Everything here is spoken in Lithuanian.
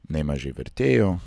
nemažai vertėjų